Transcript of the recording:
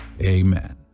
Amen